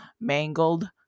mangled